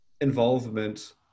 involvement